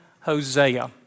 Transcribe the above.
Hosea